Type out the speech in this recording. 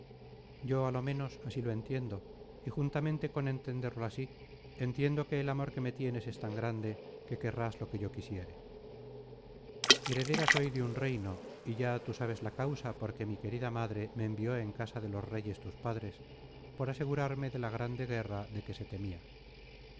yo á lo menos así lo entiendo y juntamente con entenderlo así entiendo que el amor que me tienes es tan grande que querrás lo que yo quisiere heredera soy de un reino y ya tú sabes la causa por que mi querida madre me envió en casa de los reyes tus padres por asegurarme de la grande guerra de que se temia